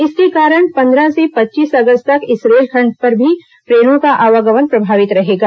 इसके कारण पंद्रह से पच्चीस अगस्त तक इस रेलखंड पर भी ट्रेनों का आवागमन प्रभावित रहेगा